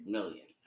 million